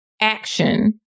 action